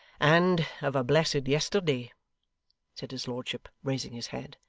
and of a blessed yesterday said his lordship, raising his head.